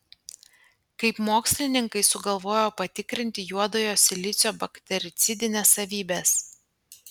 kaip mokslininkai sugalvojo patikrinti juodojo silicio baktericidines savybes